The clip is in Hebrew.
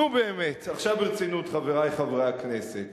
נו באמת, עכשיו ברצינות, חברי חברי הכנסת,